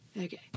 Okay